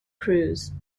cruise